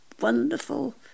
wonderful